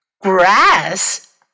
Grass